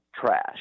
trash